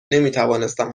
نمیتوانستم